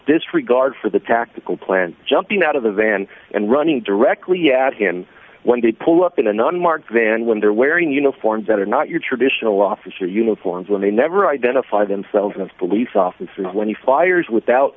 disregard for the tactical plan jumping out of the van and running directly at hand when they pull up in an unmarked van when they're wearing uniforms that are not your traditional officer uniforms when they never identify themselves as police officer when he fires without